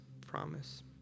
promise